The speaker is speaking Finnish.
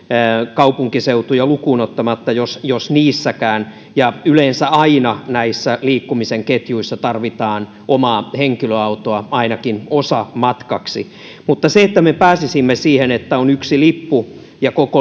kaupunkiseutuja lukuun ottamatta jos jos niissäkään ja yleensä aina näissä liikkumisen ketjuissa tarvitaan omaa henkilöautoa ainakin osamatkaksi mutta jos me pääsisimme siihen että on yksi lippu ja koko